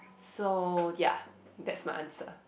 so ya that's my answer